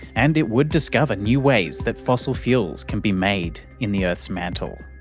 and it would discover new ways that fossil fuels can be made in the earth's mantle.